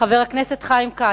חבר הכנסת חיים כץ,